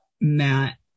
Matt